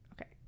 okay